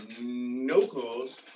no-calls